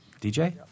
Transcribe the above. DJ